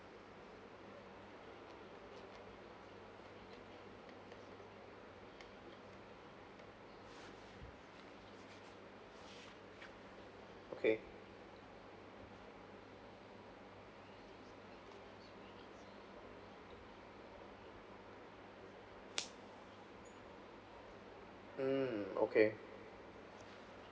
okay mm okay